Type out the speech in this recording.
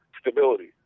stability